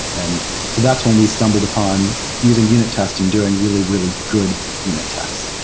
and so that's when we stumbled upon using unit testing doing really, really good unit tests.